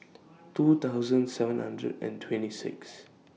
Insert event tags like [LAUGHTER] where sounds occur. [NOISE] two thousand seven hundred and twenty six